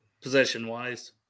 position-wise